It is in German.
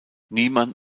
niemann